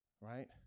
right